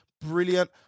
brilliant